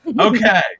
Okay